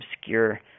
obscure